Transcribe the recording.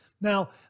Now